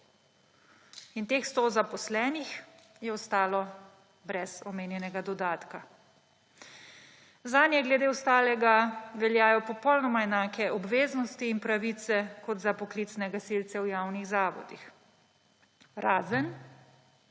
in teh 100 zaposlenih je ostalo brez omenjenega dodatka. Zanje glede ostalega veljajo popolnoma enak obveznosti in pravice kot za poklicne gasilce v javnih zavodih, razen